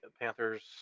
Panthers